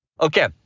Okay